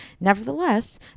Nevertheless